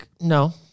no